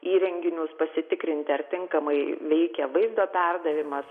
įrenginius pasitikrinti ar tinkamai veikia vaizdo perdavimas